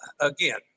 again